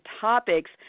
topics